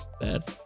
bad